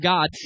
God